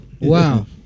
Wow